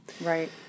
Right